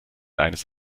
eines